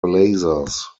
blazers